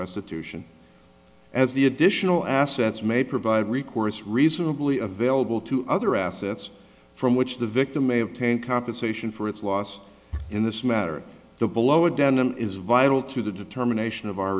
restitution as the additional assets may provide recourse reasonably available to other assets from which the victim may have ten compensation for its loss in this matter the blower dannon is vital to the determination of our